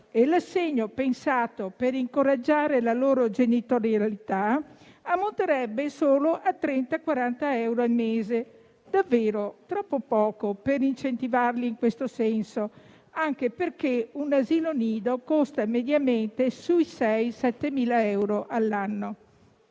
e l'assegno pensato per incoraggiare la loro genitorialità ammonterebbe solo a 30-40 euro al mese, davvero troppo poco per incentivarli in questo senso, anche perché un asilo nido costa mediamente sui 6.000-7.000 euro all'anno.